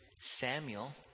Samuel